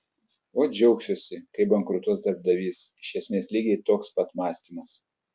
ot džiaugsiuosi kai bankrutuos darbdavys iš esmės lygiai toks pat mąstymas